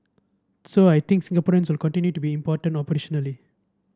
so I think Singaporeans will continue to be important operationally